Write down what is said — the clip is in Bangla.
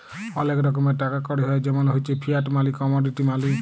ওলেক রকমের টাকা কড়ি হ্য় জেমল হচ্যে ফিয়াট মালি, কমডিটি মালি